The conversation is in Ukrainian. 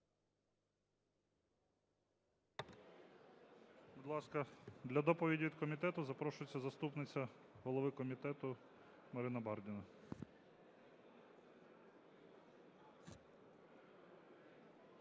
Будь ласка, для доповіді від комітету запрошується заступниця голови комітету Марина Бардіна.